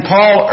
Paul